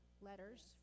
letters